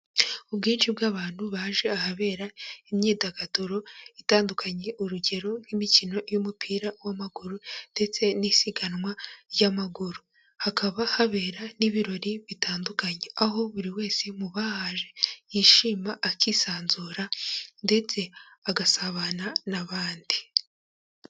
Ubwinshi bw'abantu baje ahabera imyidagaduro itandukanye, urugero nk'imikino y'umupira w'amaguru ndetse n'isiganwa ry'amaguru. Hakaba habera n'ibirori bitandukanye, aho buri wese mu bahaje yishima akisanzura, ndetse agasabana n'abandi.